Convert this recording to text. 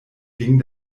ging